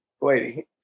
wait